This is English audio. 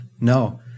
No